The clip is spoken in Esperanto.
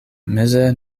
meze